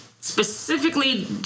specifically